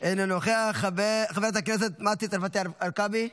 אינו נוכח, חברת הכנסת מטי צרפתי הרכבי,